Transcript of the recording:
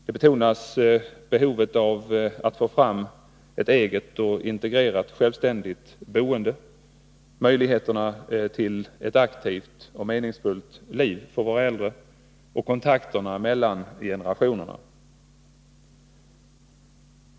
Man betonar behovet av ett eget och integrerat självständigt boende, möjligheterna till ett aktivt och meningsfullt liv för våra äldre samt kontakterna mellan olika generationer.